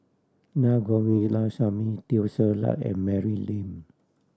Na Govindasamy Teo Ser Luck and Mary Lim